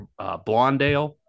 Blondale